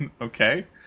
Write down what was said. Okay